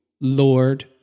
Lord